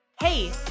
Hey